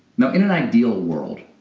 you know in an ideal world,